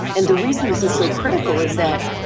and the reason this is so critical is that